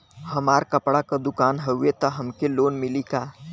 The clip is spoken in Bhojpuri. हमार कपड़ा क दुकान हउवे त हमके लोन मिली का?